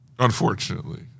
Unfortunately